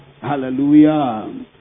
Hallelujah